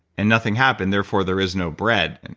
and nothing happened. therefore, there is no bread.